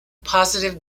positive